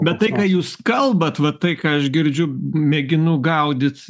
bet tai ką jūs kalbat va tai ką aš girdžiu mėginu gaudyt